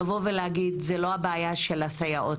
לבוא ולהגיד "זו לא הבעיה של הסייעות